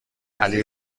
علی